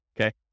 Okay